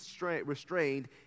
restrained